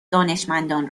دانشمندان